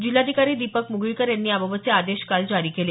जिल्हाधिकारी दीपक मुगळीकर यांनी याबाबतचे आदेश काल जारी केले